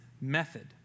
method